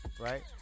right